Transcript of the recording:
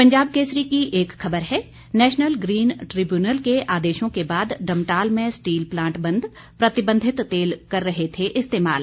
पंजाब केसरी की एक खबर है नेशनल ग्रीन ट्रिब्यूनल के आदेशों के बाद डमटाल में स्टील प्लांट बंद प्रतिबंधित तेल कर रहे थे इस्तेमाल